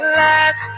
last